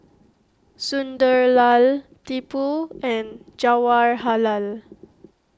Sunderlal Tipu and Jawaharlal